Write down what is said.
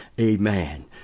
Amen